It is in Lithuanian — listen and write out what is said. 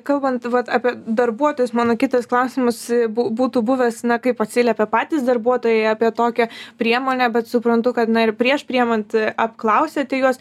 kalbant vat apie darbuotojus mano kitas klausimas bū būtų buvęs na kaip atsiliepia patys darbuotojai apie tokią priemonę bet suprantu kad na ir prieš priimant apklausėte juos